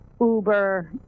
Uber